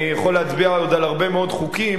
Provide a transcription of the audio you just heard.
אני יכול להצביע על עוד הרבה מאוד חוקים